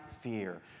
fear